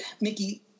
Mickey